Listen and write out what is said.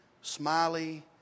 smiley